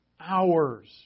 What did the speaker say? hours